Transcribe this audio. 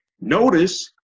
Notice